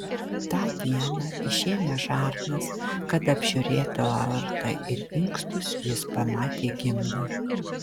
tą dieną išėmęs žarnas kad apžiūrėtų aortą ir inkstus jis pamatė gimdą